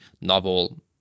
novel